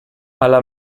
alla